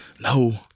No